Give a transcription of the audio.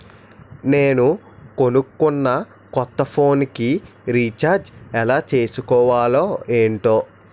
నేను కొనుకున్న కొత్త ఫోన్ కి రిచార్జ్ ఎలా చేసుకోవాలో ఏంటో